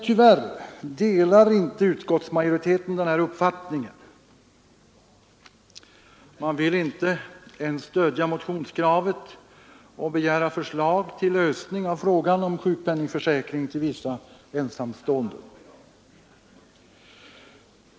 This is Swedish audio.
Tyvärr delar inte utskottsmajoriteten denna uppfattning. Man vill inte ens stödja motionskravet och begära förslag till lösning av frågan om sjukpenningförsäkring till vissa ensamstående.